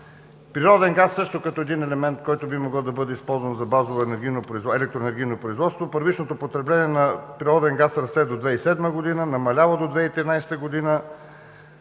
Природният газ е също като един елемент, който би могъл да бъде използван за базово електроенергийно производство, първичното потребление на природен газ расте до 2007 година, намалява до 2013 година,